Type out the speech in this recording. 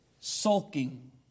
sulking